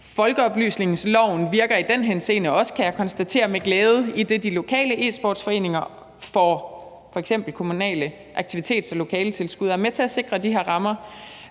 Folkeoplysningsloven virker i den henseende også, kan jeg konstatere med glæde, idet de lokale e-sportsforeninger f.eks. får kommunale aktivitets- og lokaletilskud og er med til at sikre de her rammer.